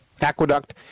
Aqueduct